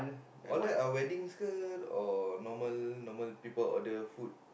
order a wedding skirt or normal normal people order food